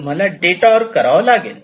तुम्हाला डिटॉर करावा लागेल